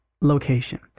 location